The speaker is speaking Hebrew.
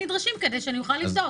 הטווח.